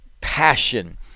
passion